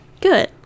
Good